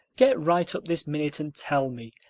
get right up this minute and tell me.